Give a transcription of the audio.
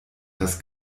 das